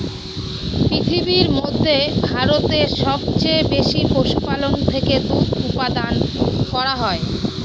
পৃথিবীর মধ্যে ভারতে সবচেয়ে বেশি পশুপালন থেকে দুধ উপাদান করা হয়